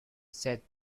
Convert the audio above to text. said